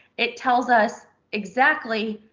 it tells us exactly.